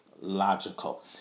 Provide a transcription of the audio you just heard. logical